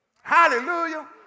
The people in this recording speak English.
Hallelujah